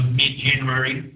mid-January